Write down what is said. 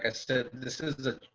i said, this is a